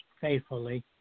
faithfully